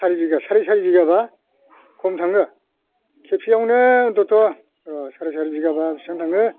सारि बिघा साराइ सारि बिघाबा खम थाङो खेबसेयावनो अन्थ'थ' र' साराय सारि बिघाबा बिसिबां थाङो